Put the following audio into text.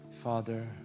Father